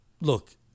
look